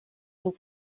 dem